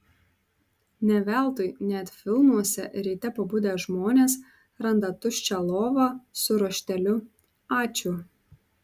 ne veltui net filmuose ryte pabudę žmonės randa tuščią lovą su rašteliu ačiū